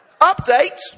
Update